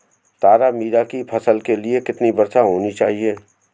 तारामीरा की फसल के लिए कितनी वर्षा होनी चाहिए?